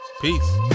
Peace